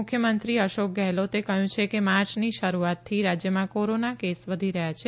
મુખ્યમંત્રી અશોક ગેહલોતે કહ્યું છે કે માર્ચની શરૂઆતથી રાજ્યમાં કોરોના કેસ વધી રહ્યા છે